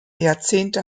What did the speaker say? jahrzehnte